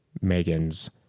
Megan's